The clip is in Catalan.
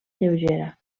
lleugera